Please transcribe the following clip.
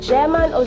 German